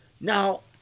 Now